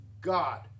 god